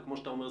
וכמו שאתה אומר,